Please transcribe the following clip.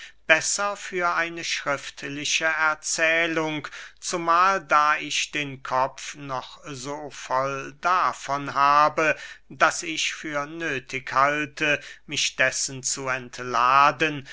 besser für eine schriftliche erzählung zumahl da ich den kopf noch so voll davon habe daß ich für nöthig halte mich dessen zu entladen